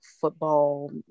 football